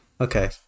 Okay